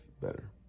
better